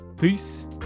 Peace